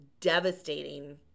devastating